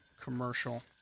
commercial